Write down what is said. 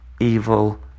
Evil